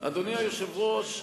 אדוני היושב-ראש,